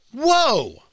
Whoa